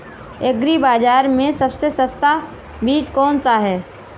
Agree बाज़ार में सबसे सस्ता बीज कौनसा है?